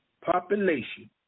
population